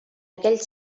aquell